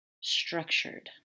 structured